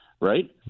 right